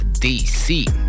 DC